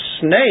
snake